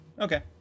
Okay